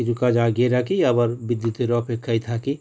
কিছু কাজ এগিয়ে রাখি আবার বিদ্যুতের অপেক্ষায় থাকি